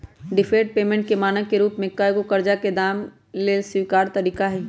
deferred payment के मानक के रूप में एगो करजा के दाम के लेल स्वीकार तरिका हइ